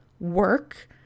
work